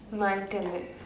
mine turn right